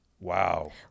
Wow